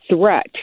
threat